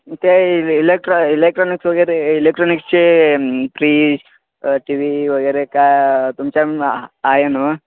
ते electro electronics वगैरे इलेक्ट्रॉनिक्सचे फ्रिज टी वी वगैरे का तुमच्या आहे ना